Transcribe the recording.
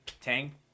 Tang